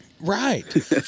Right